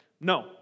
No